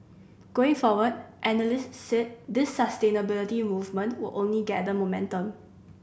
going forward analysts said this sustainability movement will only gather momentum